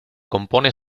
compone